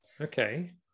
Okay